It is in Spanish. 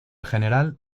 gral